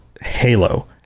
halo